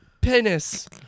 penis